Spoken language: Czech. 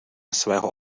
svého